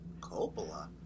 Coppola